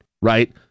Right